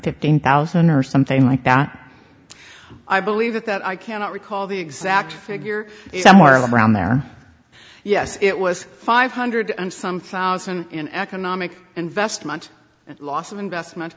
fifteen thousand or something like that i believe that that i cannot recall the exact figure somewhere around there yes it was five hundred and some thousand in economic investment and loss of investment